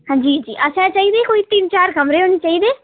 हां जी असें एह् चाहिदे कोई तिन चार कमरे होने चाहिदे